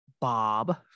Bob